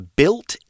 built